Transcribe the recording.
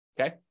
okay